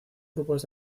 grupos